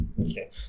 okay